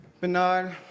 Bernard